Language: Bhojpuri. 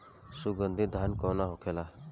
सुगन्धित धान कौन होखेला?